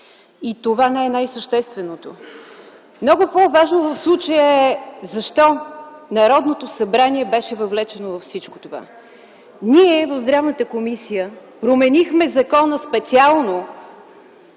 и това не е най-същественото. Много по-важно в случая е защо Народното събрание беше въвлечено във всичко това. Ние в Здравната комисия променихме закона специално,